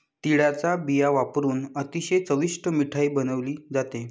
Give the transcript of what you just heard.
तिळाचा बिया वापरुन अतिशय चविष्ट मिठाई बनवली जाते